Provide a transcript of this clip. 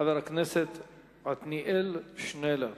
חבר הכנסת עתניאל שנלר.